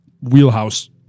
wheelhouse